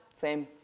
same.